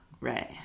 Right